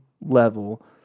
level